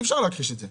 אי-אפשר להכחיש את זה.